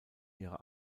ihre